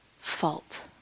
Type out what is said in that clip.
fault